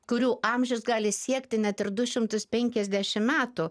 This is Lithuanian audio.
kurių amžius gali siekti net ir du šimtus penkiasdešim metų